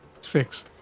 six